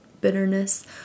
bitterness